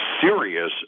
serious